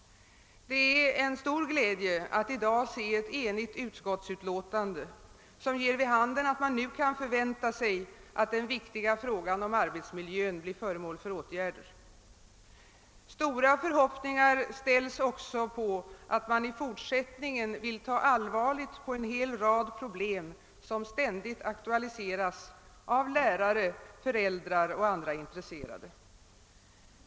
Det är en stor glädje att i dag se ett enigt utskottsutlåtande, som ger vid handen, att vi kan förvänta oss, att den vikiga frågan om arbetsmiljön blir föremål för åtgärder. Stora förhoppningar ställs nu också på att man i fortsättningen skall ta allvarligt på en rad problem, som ständigt aktueliseras av lärare, föräldrar och andra intresserade.